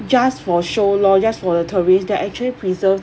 just for show lor just for the tourist they're actually preserved